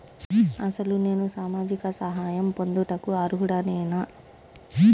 అసలు నేను సామాజిక సహాయం పొందుటకు అర్హుడనేన?